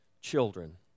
children